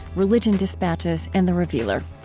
religion dispatches, and the revealer.